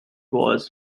was